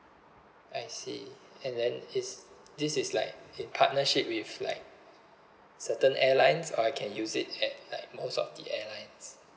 I see and then is this is like in partnership with like certain airlines or I can use it at like most of the airlines